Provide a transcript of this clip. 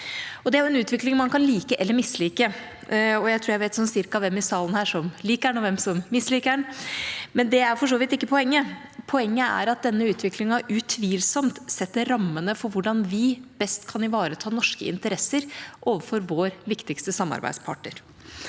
Det er en utvikling man kan like eller mislike – og jeg tror jeg vet sånn cirka hvem i salen her som liker den, og hvem som misliker den – men det er for så vidt ikke poenget. Poenget er at denne utviklingen utvilsomt setter rammene for hvordan vi best kan ivareta norske interesser overfor vår viktigste samarbeidspartner.